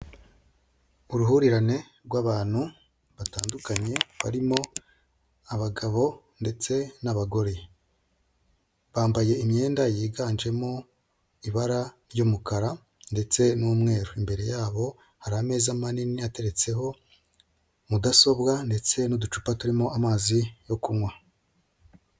Uruhurirane rw'abantu batandukanye barimo abagabo ndetse n'abagore. Bambaye imyenda yiganjemo ibara ry'umukara ndetse n'umweru. Imbere yabo hari ameza manini ateretseho mudasobwa ndetse n'uducupa turimo amazi yo kunywa.